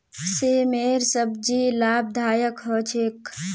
सेमेर सब्जी लाभदायक ह छेक